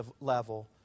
level